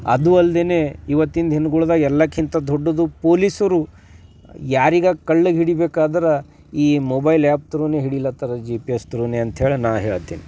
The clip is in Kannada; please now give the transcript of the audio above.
ಅದು ಅಲ್ದೇ ಇವತ್ತಿನ ದಿನಗಳ್ದಾಗೆ ಎಲ್ಲಕ್ಕಿಂತ ದೊಡ್ಡದು ಪೊಲೀಸರು ಯಾರಿಗೆ ಕಳ್ಳಗೆ ಹಿಡಿಬೇಕಾದ್ರೆ ಈ ಮೊಬೈಲ್ ಆ್ಯಪ್ ತ್ರೂನೇ ಹಿಡಿಲತ್ತಾರೆ ಜಿ ಪಿ ಎಸ್ ತ್ರೂನೇ ಅಂತಹೇಳಿ ನಾ ಹೇಳ್ತೀನಿ